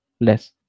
less